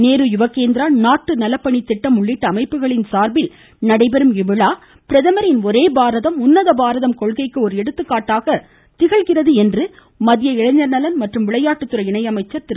நேரு யுவகேந்திரா நாட்டு நலப்பணித்திட்டம் உள்ளிட்ட அமைப்புகளின் சாா்பில் நடைபெறும் இவ்விழா பிரதமரின் ஒரே பாரதம் உன்னத பாரதம் கொள்கைக்கு ஒரு எடுத்துக்காட்டாக திகழ்கிறது என்று மத்திய இளைஞர் நலன் மற்றும் விளையாட்டுத்துறை இணை அமைச்சர் திரு